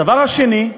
הדבר השני,